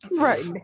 Right